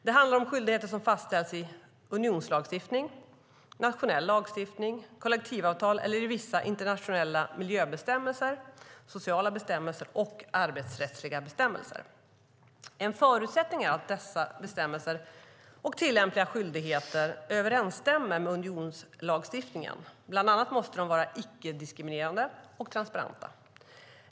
Det handlar om skyldigheter som fastställts i unionslagstiftning, nationell lagstiftning, kollektivavtal eller i vissa internationella miljöbestämmelser, sociala bestämmelser och arbetsrättsliga bestämmelser. En förutsättning är att dessa bestämmelser och tillämpliga skyldigheter överensstämmer med unionslagstiftningen, bland annat måste de vara icke-diskriminerande och transparenta.